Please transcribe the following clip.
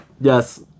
Yes